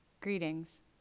Greetings